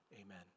Amen